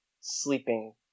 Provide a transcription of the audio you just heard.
sleeping